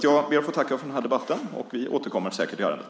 Jag ber att få tacka för den här debatten. Vi återkommer säkert i ärendet.